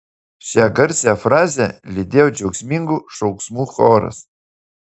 šią garsią frazę lydėjo džiaugsmingų šauksmų choras